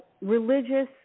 religious